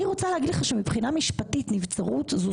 אני רוצה להגיד לך שמבחינה משפטית נבצרות זו